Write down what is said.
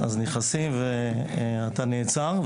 אז נכנסים ואתה נעצר,